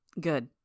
Good